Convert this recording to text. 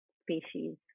species